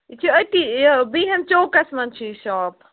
یہِ چھِ أتی یہِ بِہَن چوکَس منٛز چھُ یہِ شاپ